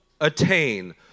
attain